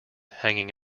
hanging